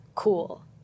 Cool